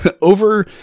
over